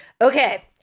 Okay